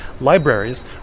Libraries